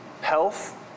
health